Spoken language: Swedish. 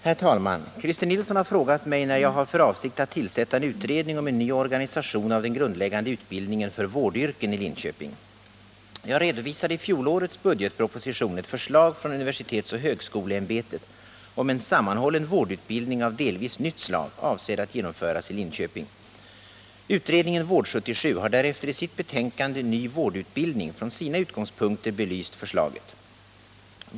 Herr talman! Christer Nilsson har frågat mig när jag har för avsikt att tillsätta en utredning om en ny organisation av den grundläggande utbildningen för vårdyrken i Linköping. Jag redovisade i fjolårets budgetproposition ett förslag från universitetsoch högskoleämbetet om en sammanhållen vårdutbildning av delvis nytt slag, avsedd att genomföras i Linköping. Utredningen Vård 77 har därefter i sitt betänkande Ny vårdutbildning från sina utgångspunkter belyst förslaget.